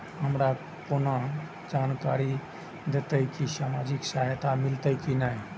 हमरा केना जानकारी देते की सामाजिक सहायता मिलते की ने?